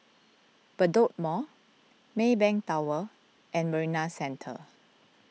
Bedok Mall Maybank Tower and Marina Centre